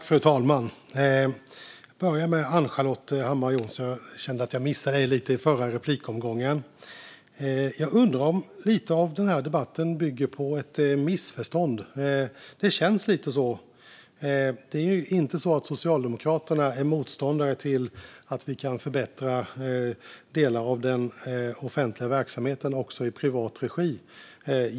Fru talman! Jag börjar med Ann-Charlotte Hammar Johnsson. Jag kände att jag missade dig lite i förra replikomgången. Jag undrar om lite av den här debatten kanske bygger på ett missförstånd. Det känns lite så. Socialdemokraterna är inte motståndare till att förbättra delar av den offentliga verksamheten också i privat regi.